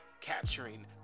capturing